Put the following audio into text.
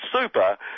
super